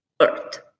earth